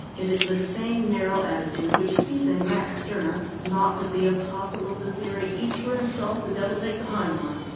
it is the same narrow attitude which sees in max stirner naught but the apostle of the theory each for himself, the devil take the hind one.